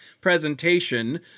presentation